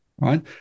Right